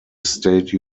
state